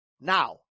Now